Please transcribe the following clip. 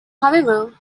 however